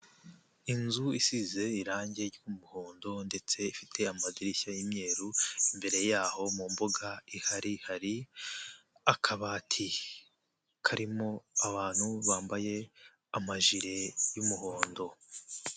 Inzu isize irangi ry'umuhondo ndetse ifite amadirishya y'imyeru, imbere yaho mu mbuga ihari hari akabati, karimo abantu bambaye amajire y'umuhondo.